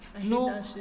no